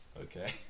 Okay